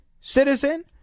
citizen